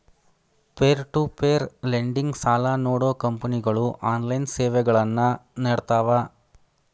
peer to peer lending ಸಾಲಾ ನೇಡೋ ಕಂಪನಿಗಳು ಆನ್ಲೈನ್ ಸೇವೆಗಳನ್ನ ನೇಡ್ತಾವ